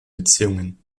beziehungen